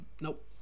Nope